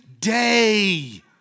day